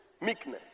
meekness